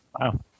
Wow